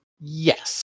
yes